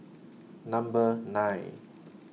Number nine